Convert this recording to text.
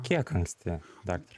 kiek anksti daktare